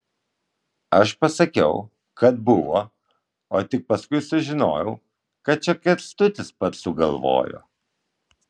aš pasakiau kad buvo o tik paskui sužinojau kad čia kęstutis pats sugalvojo